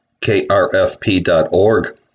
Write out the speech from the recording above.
krfp.org